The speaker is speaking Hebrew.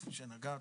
כפי שנגעת.